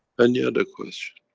any other question?